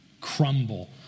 crumble